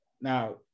Now